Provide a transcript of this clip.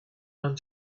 and